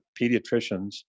pediatricians